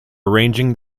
arranging